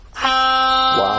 Wow